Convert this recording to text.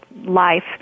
life